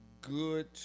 good